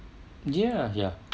ya ya